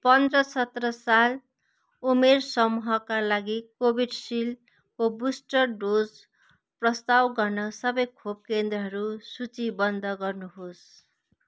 पन्ध्र सत्र साल उमेर समूहका लागि कोभिसिल्डको बुस्टर डोज प्रस्ताव गर्ने सबै खोप केन्द्रहरू सूचीबद्ध गर्नुहोस्